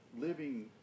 living